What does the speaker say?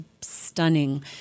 stunning